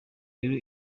rero